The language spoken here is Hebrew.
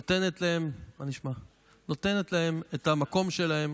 נותנת להם את המקום שלהם.